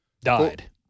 died